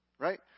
Right